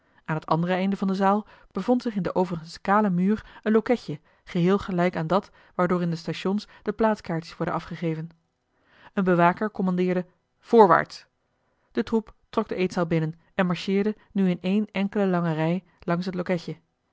aan het andere einde van de zaal bevond zich in den overigens kalen muur een loketje geheel gelijk aan dat waardoor in de stations de plaatskaartjes worden afgegeven een bewaker kommandeerde voorwaarts de troep trok de eetzaal binnen en marcheerde nu in ééne enkele lange rij langs het loketje